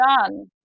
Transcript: done